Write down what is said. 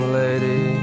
lady